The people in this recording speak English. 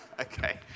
Okay